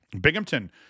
Binghamton